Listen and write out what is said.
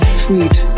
sweet